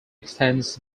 extends